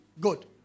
good